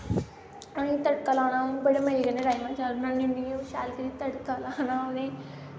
ओ इ'यां तड़का लाना अ'ऊं बड़े मज़े कन्नै राजमा चावल बनानी होन्नी ऐं शैल करियै तड़का लाना उ'नेंई